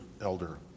elder